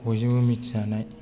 बयजोंबो मिथिजानाय